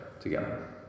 together